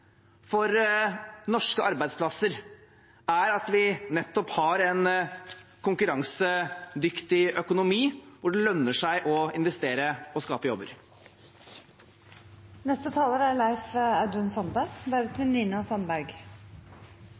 for norske arbeidsplasser nettopp er at vi har en konkurransedyktig økonomi, hvor det lønner seg å investere og skape jobber. Regjeringa skryter av at dei er